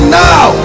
now